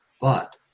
but-